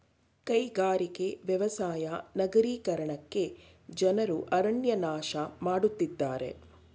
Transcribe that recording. ಕೈಗಾರಿಕೆ, ವ್ಯವಸಾಯ ನಗರೀಕರಣಕ್ಕೆ ಜನರು ಅರಣ್ಯ ನಾಶ ಮಾಡತ್ತಿದ್ದಾರೆ